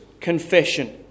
confession